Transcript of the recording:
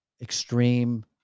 extreme